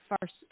first